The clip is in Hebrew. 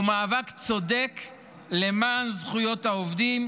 הוא מאבק צודק למען זכויות העובדים,